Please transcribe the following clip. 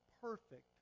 perfect